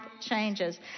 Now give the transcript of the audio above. changes